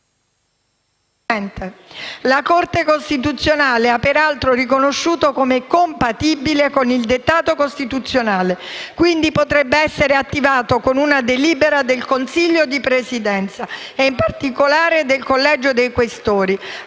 la Corte costituzionale ha peraltro riconosciuto come compatibile con il dettato costituzionale. Quindi, tale contributo potrebbe essere attivato con una delibera del Consiglio di Presidenza, e in particolare del Collegio dei senatori